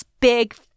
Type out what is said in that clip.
big